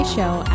Show